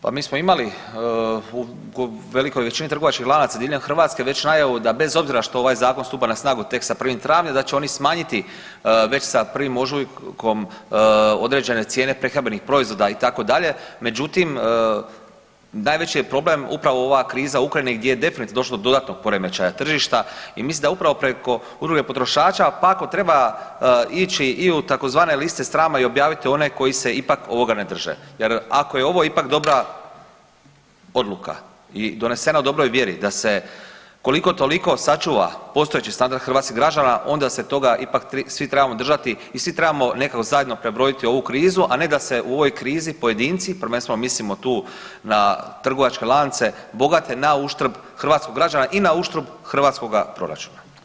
Pa mi smo imali u velikoj većini trgovačkih lanaca diljem Hrvatske već najavu da bez obzira što ovaj zakon stupa na snagu tek sa 1. travnja da će oni smanjiti već sa 1. ožujkom određene cijene prehrambenih proizvoda itd., međutim najveći je problem upravo ova kriza u Ukrajini gdje je definitivno došlo do dodatnog poremećaja tržišta i mislim da upravo preko udruge potrošača pa ako treba ići i u tzv. liste srama i objaviti one koji se ipak ovoga ne drže jer ako je ovo ipak dobra odluka i donesena u dobroj vjeri da se koliko toliko sačuva postojeći standard hrvatskih građana onda se toga ipak toga svi trebamo držati i svi trebamo nekako zajedno prebroditi ovu krizu, a ne da se u ovoj krizi pojedinci, prvenstveno mislimo tu na trgovačke lance bogate na uštrb hrvatskog građana i na uštrb hrvatskoga proračuna.